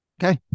Okay